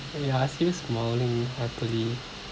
ya I see you smiling happily